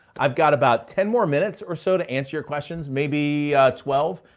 i've got about ten more minutes or so to answer your questions, maybe twelve.